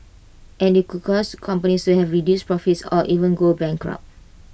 and IT could cause companies to have reduced profits or even go bankrupt